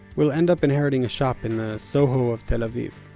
will end up inheriting a shop in the soho of tel aviv.